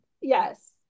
Yes